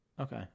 Okay